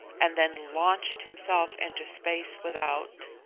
and then launched himself into space without.